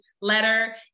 letter